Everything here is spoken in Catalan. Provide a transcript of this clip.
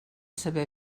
saber